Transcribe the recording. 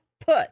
put